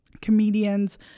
comedians